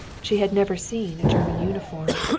she had never seen a german uniform.